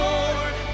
Lord